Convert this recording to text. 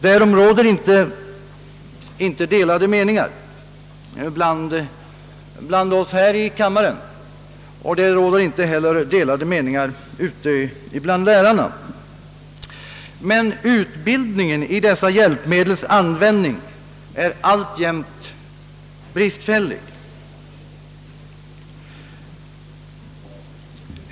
Därom råder inte delade meningar bland oss här i kammaren, och det råder inte heller delade meningar ute bland lärarna. Men utbildningen i dessa hjälpmedels användning är alltjämt bristfällig.